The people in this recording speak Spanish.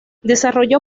desarrolló